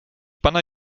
pana